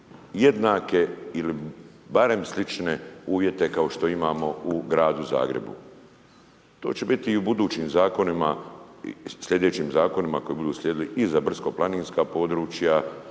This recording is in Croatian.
jednake ili barem slične uvjete kao što imamo u gradu Zagrebu. To će biti i u budućim zakonima, u slijedećim zakonima koji budu slijedili i za brdsko-planinska područja